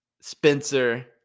Spencer